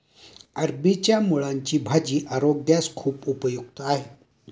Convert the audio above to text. अरबीच्या मुळांची भाजी आरोग्यास खूप उपयुक्त आहे